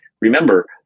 remember